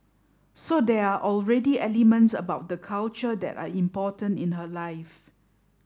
so there are already elements about the culture that are important in her life